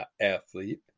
athlete